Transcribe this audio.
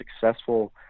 successful